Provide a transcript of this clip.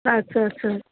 আচ্ছা আচ্ছা